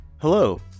Hello